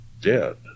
dead